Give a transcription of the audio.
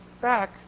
back